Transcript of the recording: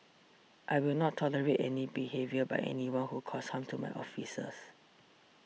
I will not tolerate any behaviour by anyone who causes harm to my officers